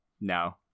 No